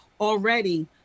already